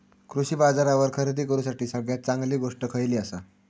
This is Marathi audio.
कृषी बाजारावर खरेदी करूसाठी सगळ्यात चांगली गोष्ट खैयली आसा?